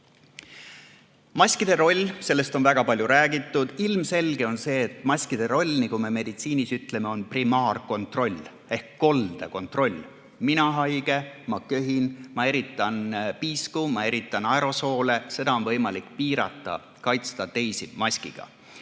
Maskide roll. Sellest on väga palju räägitud. Ilmselge on see, et maskide roll, nagu me meditsiinis ütleme, on primaarkontroll ehk kolde kontroll. Mina olen haige, ma köhin, ma eritan piisku, ma eritan aerosoole. Seda on võimalik piirata, kaitsta teisi maskiga.